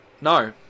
No